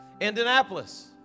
Indianapolis